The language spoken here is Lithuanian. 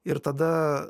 ir tada